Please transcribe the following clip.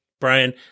Brian